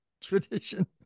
tradition